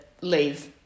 leave